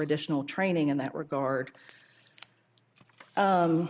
additional training in that regard